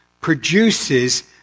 produces